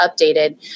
updated